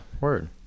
word